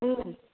उम्